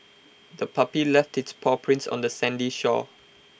the puppy left its paw prints on the sandy shore